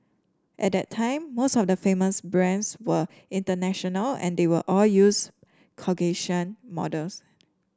at that time most of the famous brands were international and they all use Caucasian models